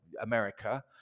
America